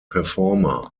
performer